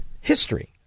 history